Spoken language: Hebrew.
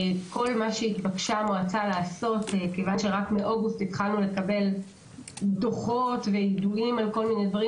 המועצה התחילה לקבל רק מאוגוסט דוחות ויידועים בנושא הזה,